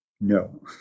no